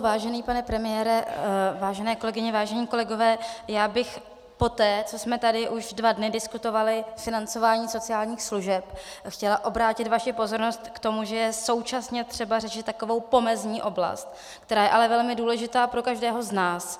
Vážený pane premiére, vážené kolegyně, vážení kolegové, já bych poté, co jsme tady už dva dny diskutovali financování sociálních služeb, chtěla obrátit vaši pozornost k tomu, že je současně třeba řešit takovou pomezní oblast, která je ale velmi důležitá pro každého z nás.